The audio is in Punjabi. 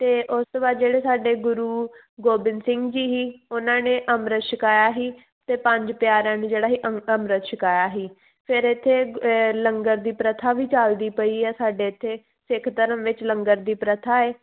ਅਤੇ ਉਸ ਤੋਂ ਬਾਅਦ ਜਿਹੜੇ ਸਾਡੇ ਗੁਰੂ ਗੋਬਿੰਦ ਸਿੰਘ ਜੀ ਸੀ ਉਹਨਾਂ ਨੇ ਅੰਮ੍ਰਿਤ ਛਕਾਇਆ ਸੀ ਅਤੇ ਪੰਜ ਪਿਆਰਿਆਂ ਨੂੰ ਜਿਹੜਾ ਇਹ ਅੰਮ੍ਰਿਤ ਛਕਾਇਆ ਸੀ ਫਿਰ ਇੱਥੇ ਏ ਲੰਗਰ ਦੀ ਪ੍ਰਥਾ ਵੀ ਚਲਦੀ ਪਈ ਹੈ ਸਾਡੇ ਇੱਥੇ ਸਿੱਖ ਧਰਮ ਵਿੱਚ ਲੰਗਰ ਦੀ ਪ੍ਰਥਾ ਹੈ